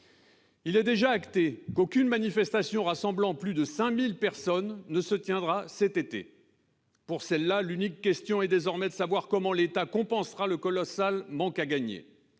Il est déjà acté qu'aucune manifestation rassemblant plus de 5 000 personnes ne se tiendra cet été. Pour ces événements, l'unique question est désormais : comment l'État compensera-t-il le colossal manque à gagner